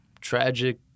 tragic